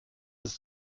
ist